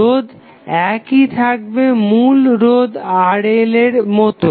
রোধ একই থাকবে মূল রোধ RL এর মতো